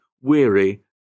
weary